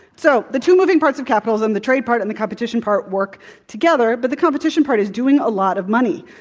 so, the two moving parts of capitalism, the trade part and the competition part work together, but the competition part is doing a lot of money.